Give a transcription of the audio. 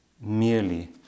merely